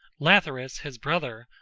lathyrus, his brother,